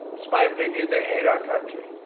it's my opinion they hate our country.